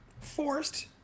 forced